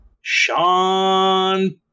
Sean